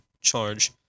charge